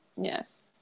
Yes